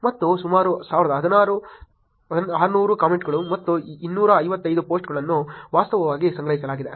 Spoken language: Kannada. ಮತ್ತು ಸುಮಾರು 1600 ಕಾಮೆಂಟ್ಗಳು ಮತ್ತು 255 ಪೋಸ್ಟ್ಗಳನ್ನು ವಾಸ್ತವವಾಗಿ ಸಂಗ್ರಹಿಸಲಾಗಿದೆ